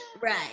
Right